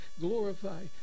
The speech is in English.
glorify